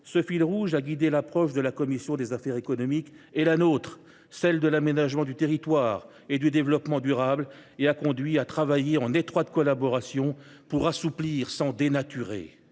Ce fil rouge a guidé l’approche de la commission des affaires économiques et la nôtre, celle de l’aménagement du territoire et du développement durable. Elle a conduit à travailler en étroite collaboration, pour assouplir sans dénaturer.